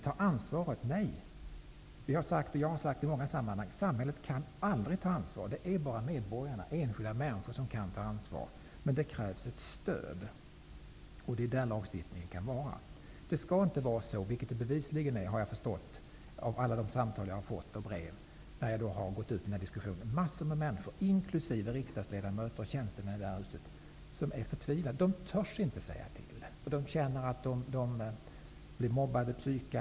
Jag har i många sammanhang sagt att samhället aldrig kan ta ansvar. Det är bara medborgarna, enskilda människor, som kan ta ansvar, men det krävs ett stöd. Det kan lagstiftningen vara. Det skall inte vara så som det bevisligen är -- enligt alla de samtal och brev som jag har fått --, att massor av människor, inkl. riksdagsledamöter och tjänstemän i detta hus är förtvivlade. De törs inte säga ifrån, eftersom de känner att de blir mobbade.